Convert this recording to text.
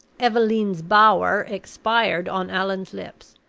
eveleen's bower expired on allan's lips,